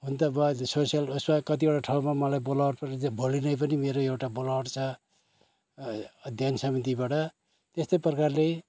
अन्त म सोसियल उसमा कतिवटा ठाउँमा मलाई बोलावट पनि भोलि नै पनि मेरो एउटा बोलावट छ अध्ययन सम्बन्धीबाट त्यस्तै प्रकारले